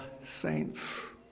saints